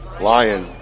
Lion